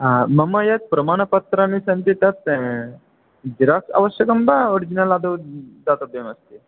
मम यत् प्रमाणपत्राणि सन्ति तत् जेराक् अवश्यकं वा ओरिजिनल् आदौ दातव्यमस्ति